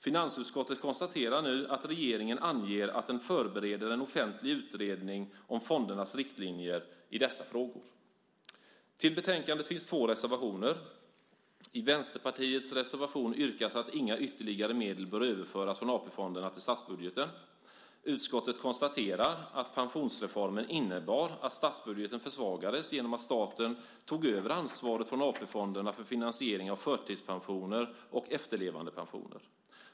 Finansutskottet konstaterar nu att regeringen anger att den förbereder en offentlig utredning om fondernas riktlinjer i dessa frågor. I betänkandet finns det två reservationer. I Vänsterpartiets reservation yrkas att inga ytterligare medel bör överföras från AP-fonderna till statsbudgeten. Utskottet konstaterar att pensionsreformen innebar att statsbudgeten försvagades genom att staten tog över ansvaret från AP-fonderna för finansiering av förtidspensioner och efterlevandepensioner.